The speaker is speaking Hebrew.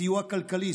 סיוע כלכלי,